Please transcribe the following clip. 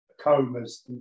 comas